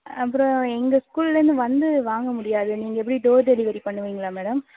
அப்புறம் எங்கள் ஸ்கூல்லேருந்து வந்து வாங்க முடியாது நீங்கள் எப்படி டோர் டெலிவரி பண்ணுவீங்களா மேடம்